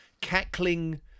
cackling